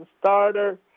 starter